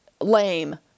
lame